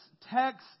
text